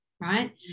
right